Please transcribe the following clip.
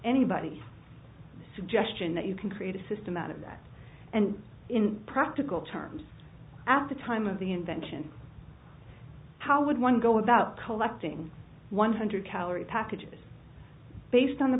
anybody a suggestion that you can create a system out of that and in practical terms at the time of the invention how would one go about collecting one hundred calorie packages based on the